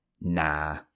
nah